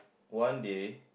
one day